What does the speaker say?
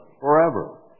forever